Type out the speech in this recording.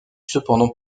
cependant